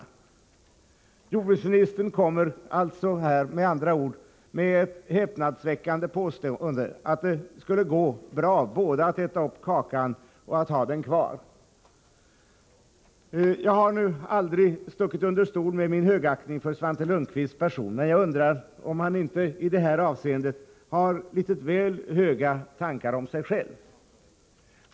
Med andra ord: Jordbruksministern kommer alltså här med det häpnadsväckande påståendet att det skulle gå bra både att äta upp kakan och att ha den kvar. Jag har aldrig stuckit under stol med min högaktning för Svante Lundkvists person, men jag undrar om han inte i detta avseende har litet väl höga tankar om sig själv.